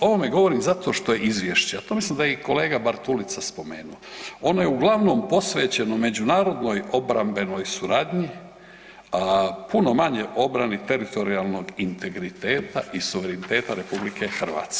O ovome govorim zato što je izvješće, to mislim da je i kolega Bartulica spomenuo, ono je uglavnom posvećeno međunarodnoj obrambenoj suradnji, a puno manje obrani teritorijalnog integriteta i suvereniteta RH.